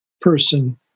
person